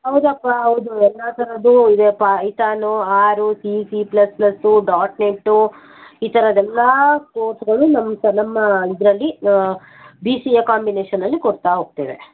ಹೌದಪ್ಪ ಹೌದು ಎಲ್ಲ ಥರದ್ದು ಇದೆಯಪ್ಪ ಐತಾನು ಆರು C C plus plus dot net ಈ ಥರದ ಎಲ್ಲ ಕೋರ್ಸ್ಗಳು ನಮ್ಮ ತ ನಮ್ಮ ಇದರಲ್ಲಿ ಬಿ ಸಿ ಎ ಕಾಂಬಿನೇಷನಲ್ಲಿ ಕೊಡ್ತಾ ಹೋಗ್ತೇವೆ